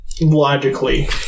Logically